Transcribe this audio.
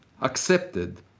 accepted